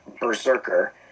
Berserker